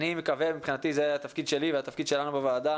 מבחינתי זה התפקיד שלי והתפקיד שלנו בוועדה